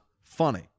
funny